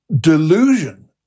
delusion